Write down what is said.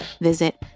Visit